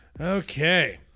Okay